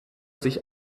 sich